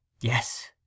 yes